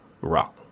rock